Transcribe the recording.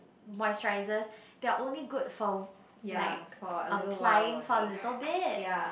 moisturisers they are only good for like applying for a little bit